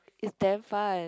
it's damn fun